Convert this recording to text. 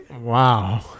Wow